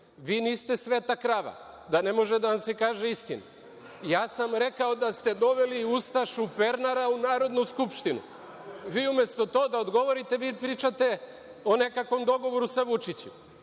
vi niste sveta krava da ne može da vam se kaže istina. Ja sam rekao da ste doveli ustašu Pernara u Narodnu skupštinu. Vi umesto to da odgovorite, vi pričate o nekakvom dogovoru sa Vučićem.